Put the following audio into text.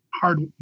hard